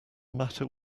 matter